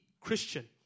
Christian